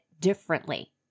differently